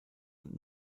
und